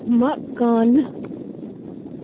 مکانہٕ